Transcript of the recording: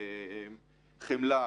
חמלה,